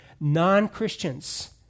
non-Christians